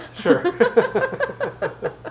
sure